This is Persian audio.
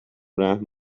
رحم